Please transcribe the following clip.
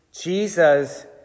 Jesus